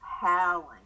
howling